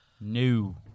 New